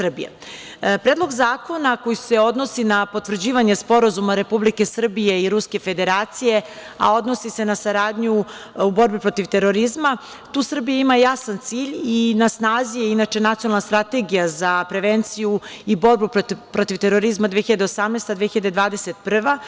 Predlog zakona koji se odnosi na potvrđivanje Sporazuma Republike Srbije i Ruske Federacije, a odnosi se na saradnju u borbi protiv terorizma, tu Srbija ima jasan cilj i na snazi je inače Nacionalna strategija za prevenciju i borbu protiv terorizma 2018/2021.